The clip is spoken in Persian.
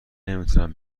نمیتونم